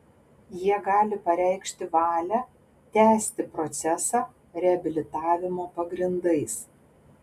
jie gali pareikšti valią tęsti procesą reabilitavimo pagrindais